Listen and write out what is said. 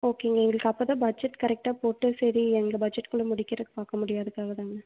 ஓகேங்க எங்களுக்கு அப்போ தான் பட்ஜட் கரெக்டாக போட்டு சரி எங்கள் பட்ஜட்க்குள்ளே முடிக்கிறதுக்கு பார்க்க முடியும் அதுக்காக தாங்க